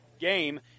game